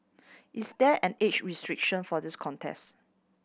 is there an age restriction for this contest